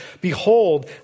Behold